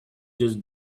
just